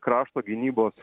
krašto gynybos